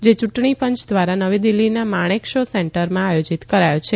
જે ચૂંટણી પંચ દ્વારા નવી દિલ્હીના માણેકશો સેન્ટરમાં આયોજિત કરાયો છે